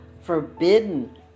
forbidden